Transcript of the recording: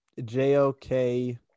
JOK